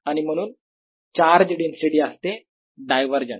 आणि म्हणून charge density असते डायवरजन्स